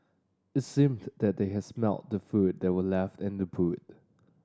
it seemed that they had smelt the food that were left in the boot